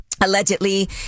allegedly